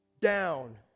down